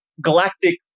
galactic